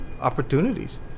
opportunities